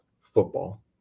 football